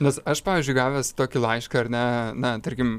nes aš pavyzdžiui gavęs tokį laišką ar ne na tarkim